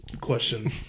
question